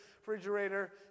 refrigerator